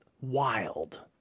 wild